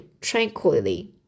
tranquilly